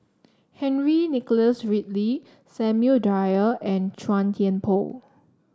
Henry Nicholas Ridley Samuel Dyer and Chua Thian Poh